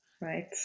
right